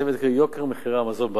קרי יוקר המזון בארץ.